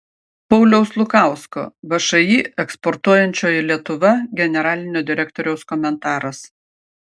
pauliaus lukausko všį eksportuojančioji lietuva generalinio direktoriaus komentaras